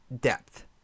depth